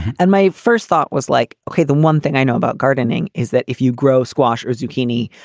and my first thought was like, okay, the one thing i know about gardening is that if you grow squash or zucchini,